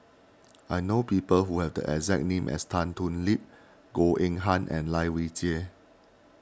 I know people who have the exact name as Tan Thoon Lip Goh Eng Han and Lai Weijie